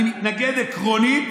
אני מתנגד עקרונית